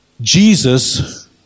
Jesus